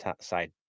side